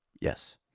Yes